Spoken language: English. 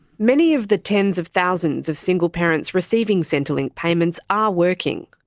many of the tens of thousands of single parents receiving centrelink payments are working,